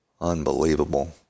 Unbelievable